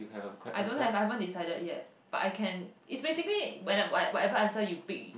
I don't have I haven't decided yet but I can it's basically when~ whatever answer you pick you